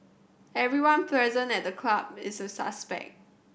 everyone present at the club is a suspect